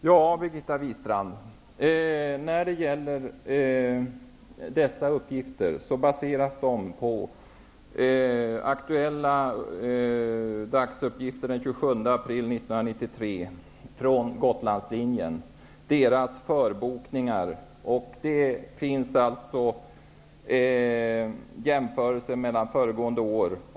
Herr talman! De uppgifter jag redovisade, Birgitta Wistrand, är Gotlandslinjens förbokningar från den 27 april 1993. Man har gjort jämförelser med föregående år.